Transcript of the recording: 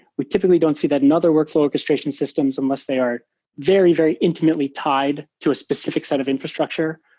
we typically don't see that in other workflow orchestration systems unless they are very, very intimately tied to a specific set of infrastructure.